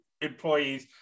employees